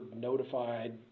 notified